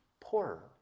poorer